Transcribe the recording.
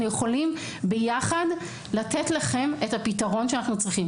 יכולים ביחד לתת לכם א הפתרון שאנחנו צריכים.